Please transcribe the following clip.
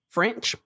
French